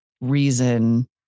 reason